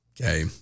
Okay